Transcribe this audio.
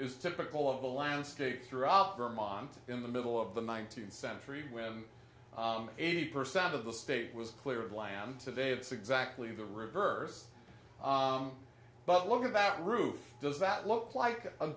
is typical of the landscape throughout vermont in the middle of the nineteenth century when eighty percent of the state was clear of land today it's exactly the reverse but look at that roof does that look like a